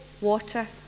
water